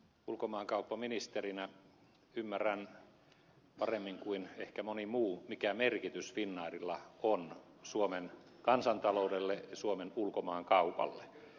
ulkomaankauppaministerinä ymmärrän paremmin kuin ehkä moni muu mikä merkitys finnairilla on suomen kansantaloudelle ja suomen ulkomaankaupalle